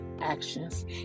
actions